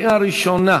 נתקבלה.